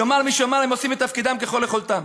יאמר מי שיאמר: הם עושים את תפקידם, ככל יכולתם.